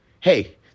hey